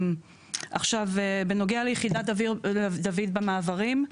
בנוגע ליחידת דויד במעברים.